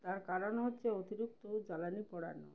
তার কারণ হচ্ছে অতিরিক্ত জ্বালানি পোড়ানো